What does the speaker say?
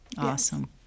Awesome